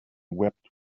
wept